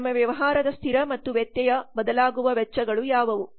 ನಮ್ಮ ವ್ಯವಹಾರದ ಸ್ಥಿರ ಮತ್ತು ವ್ಯತ್ಯಯ ಬದಲಾಗುವ ವೆಚ್ಚಗಳು ಯಾವುವು